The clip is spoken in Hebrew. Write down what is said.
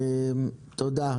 תודה.